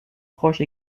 proche